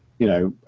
you know,